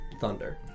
thunder